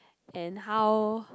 and how